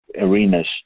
arenas